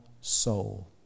soul